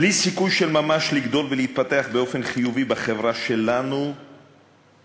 בלי סיכוי של ממש לגדול ולהתפתח באופן חיובי בחברה שלנו הם,